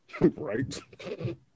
right